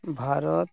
Bharat